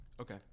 Okay